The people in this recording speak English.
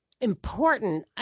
important